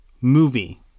movie